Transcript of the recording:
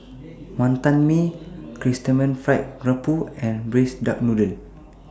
Wonton Mee Chrysanthemum Fried Garoupa and Braised Duck Noodle